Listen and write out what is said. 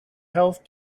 health